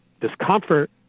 discomfort